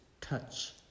touch